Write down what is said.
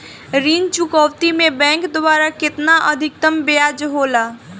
ऋण चुकौती में बैंक द्वारा केतना अधीक्तम ब्याज होला?